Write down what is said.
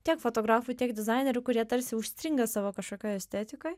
tiek fotografų tiek dizainerių kurie tarsi užstringa savo kažkokioj estetikoj